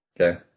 Okay